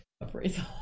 appraisal